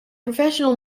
professional